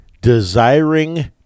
desiring